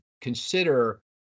consider